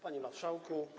Panie Marszałku!